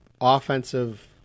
offensive